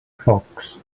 focs